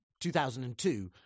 2002